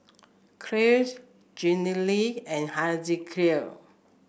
Cleve Jenilee and Hezekiah